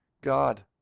God